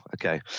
Okay